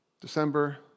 December